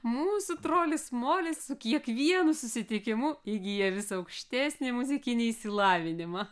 mūsų trolis molis su kiekvienu susitikimu įgyja vis aukštesnį muzikinį išsilavinimą